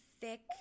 thick